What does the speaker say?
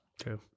True